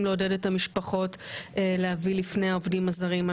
לעודד את המשפחות להביא לפני העובדים הזרים.